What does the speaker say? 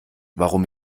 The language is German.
warum